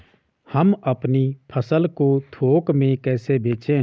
हम अपनी फसल को थोक में कैसे बेचें?